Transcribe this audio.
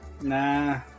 Nah